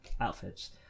outfits